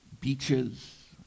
beaches